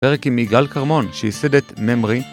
פרק עם מיגאל קרמון שייסד את ממרי